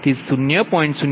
તે 0